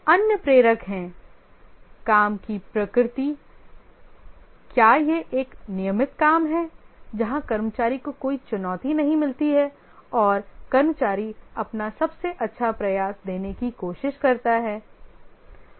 अन्य प्रेरक है काम की प्रकृति क्या यह एक नियमित काम है जहां कर्मचारी को कोई चुनौती नहीं मिलती है और कर्मचारी अपना सबसे अच्छा प्रयास देने की कोशिश करता है